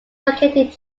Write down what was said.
located